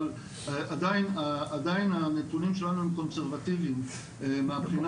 אבל עדיין הנתונים שלנו הם קונסרבטיביים מהבחינה